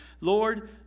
Lord